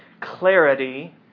clarity